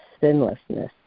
sinlessness